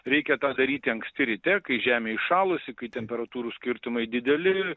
reikia tą daryti anksti ryte ir kai žemė įšalusi kai temperatūrų skirtumai dideli